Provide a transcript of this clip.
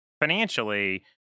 financially